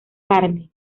carne